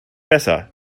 besser